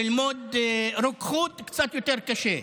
ללמוד רוקחות קצת יותר קשה.